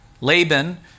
Laban